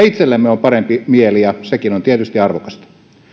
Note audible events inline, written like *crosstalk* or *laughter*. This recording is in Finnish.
*unintelligible* itsellämme on parempi mieli ja sekin on tietysti arvokasta